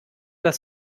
das